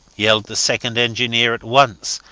yelled the second engineer at once,